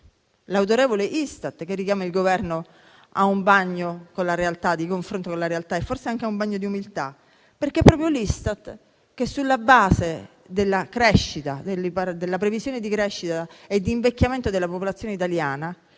l'autorevole Istat, che richiama il Governo a un bagno di confronto con la realtà e forse anche a un bagno di umiltà, sulla base della previsione di crescita e di invecchiamento della popolazione italiana